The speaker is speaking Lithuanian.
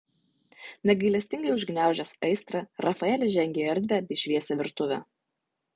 negailestingai užgniaužęs aistrą rafaelis žengė į erdvią bei šviesią virtuvę